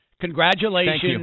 Congratulations